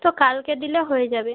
তো কালকে দিলে হয়ে যাবে